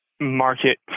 market